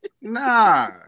Nah